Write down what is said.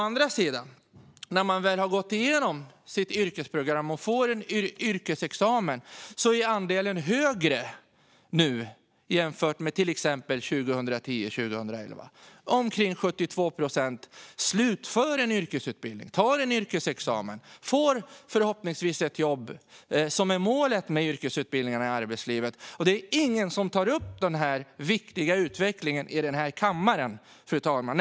Andelen som har gått igenom sitt yrkesprogram är nu större än till exempel 2010 och 2011. Omkring 72 procent slutför en yrkesutbildning, tar en yrkesexamen och får förhoppningsvis ett jobb. Det är målet med yrkesutbildningarna. Det är ingen som tar upp den viktiga utvecklingen i den här kammaren, fru talman.